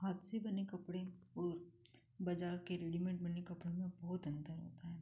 हाथ से बने कपड़े और बज़ार के रेडी मेड बने कपड़ों में बहुत अंतर होता है